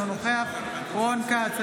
אינו נוכח רון כץ,